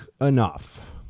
enough